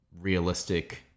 realistic